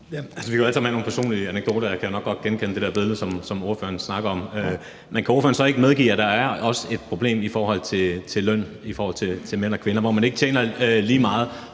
Vi kan jo alle sammen have nogle personlige anekdoter, og jeg kan jo nok godt genkende det der billede, som ordføreren snakker om. Men kan ordføreren så ikke medgive, at der også er et problem i forhold til løn for mænd og kvinder, hvor man ikke tjener lige meget,